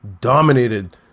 dominated